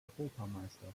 europameisterin